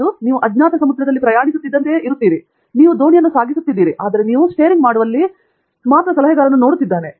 ಮತ್ತು ನೀವು ಅಜ್ಞಾತ ಸಮುದ್ರದಲ್ಲಿ ಪ್ರಯಾಣಿಸುತ್ತಿದ್ದಂತೆಯೇ ಇರುತ್ತೀರಿ ನೀವು ದೋಣಿಯನ್ನು ಸಾಗಿಸುತ್ತಿದ್ದೀರಿ ಆದರೆ ನೀವು ಸ್ಟೀರಿಂಗ್ ಮಾಡುವಲ್ಲಿ ಸಲಹೆಗಾರನು ಕೇವಲ ನೋಡುತ್ತಿದ್ದಾನೆ